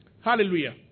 Hallelujah